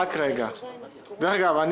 דרך אגב,